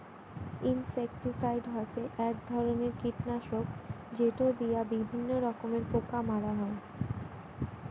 insecticide হসে এক ধরণের কীটনাশক যেটো দিয়া বিভিন্ন রকমের পোকা মারা হই